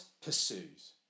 pursues